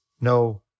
no